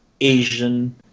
Asian